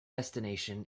destination